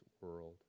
world